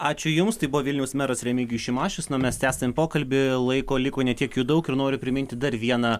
ačiū jums tai buvo vilniaus meras remigijus šimašius na o mes tęsiam pokalbį laiko liko ne tiek jau daug ir noriu priminti dar vieną